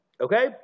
Okay